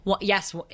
Yes